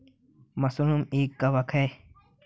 mushroom एक कवक है